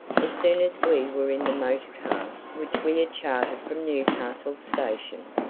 as soon as we were in the motor car which we had chartered from newcastle station,